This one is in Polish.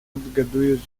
odgadujesz